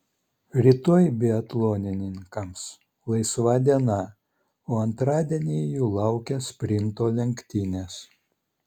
rytoj biatlonininkams laisva diena o antradienį jų laukia sprinto lenktynės